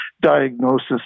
diagnosis